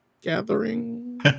gathering